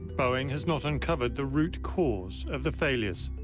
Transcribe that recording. boeing has not uncovered the root cause of the failures.